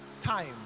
time